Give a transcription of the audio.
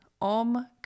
Om